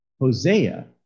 Hosea